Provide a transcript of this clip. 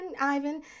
Ivan